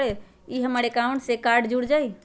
ई हमर अकाउंट से कार्ड जुर जाई?